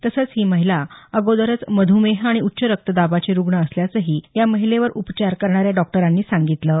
तसंच ही महिला अगोदरच मध्मेह आणि उच्च रक्तदाबाची रुग्ण असल्याचंही या महिलेवर उपचार करणाऱ्या डॉक्टरांनी म्हटलं आहे